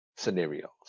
scenarios